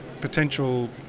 potential